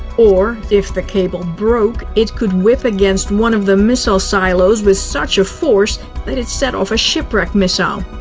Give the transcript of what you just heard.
or, if the cable broke, it could whip against one of the missile silos with such a force that it set off a shipwreck missile.